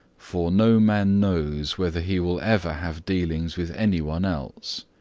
for no man knows whether he will ever have dealings with any one else